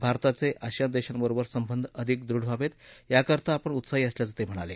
भारताचे आसियान देशांबरोबर संबध अधिक दृढ व्हावेत याकरता आपण उत्साही असल्याचं ते म्हणाले